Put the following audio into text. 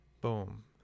boom